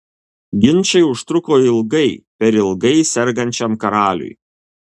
ginčai užtruko ilgai per ilgai sergančiam karaliui